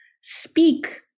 speak